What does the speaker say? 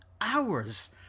hours